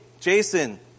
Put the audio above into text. Jason